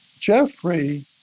Jeffrey